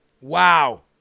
Wow